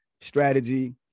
Strategy